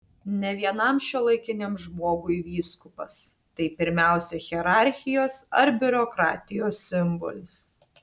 ne vienam šiuolaikiniam žmogui vyskupas tai pirmiausia hierarchijos ar biurokratijos simbolis